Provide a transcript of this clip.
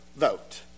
vote